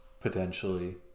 potentially